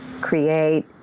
create